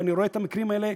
ואני רואה את המקרים האלה,